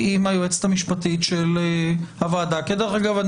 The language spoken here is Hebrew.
עם היועצת המשפטית של הכנסת דרך אגב,